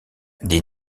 des